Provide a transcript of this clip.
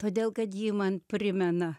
todėl kad ji man primena